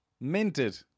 Minted